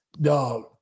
Dog